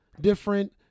different